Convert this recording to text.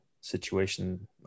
situation